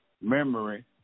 memory